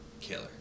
killer